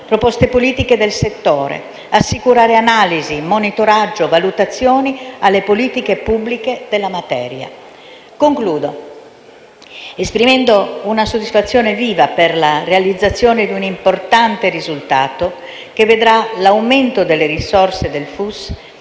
proposte politiche del settore, di assicurare analisi, monitoraggio e valutazioni alle politiche pubbliche della materia. Concludo esprimendo una soddisfazione viva per la realizzazione di un importante risultato, che vedrà l'aumento delle risorse del FUS,